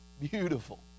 Beautiful